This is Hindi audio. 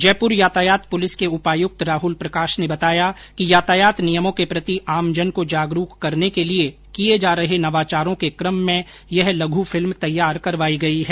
जयपुर यातायात पुलिस उपायुक्त राहुल प्रकाश ने बताया कि ्यातायात नियमों के प्रति आमजन को जागरूक करने के लिए किये जा रहे नवाचारों के क्रम में यह लघू फिल्म तैयार करवाई गई है